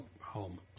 home